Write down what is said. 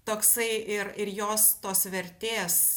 toksai ir ir jos tos vertės